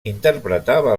interpretava